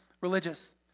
religious